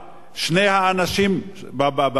שני האנשים בבית,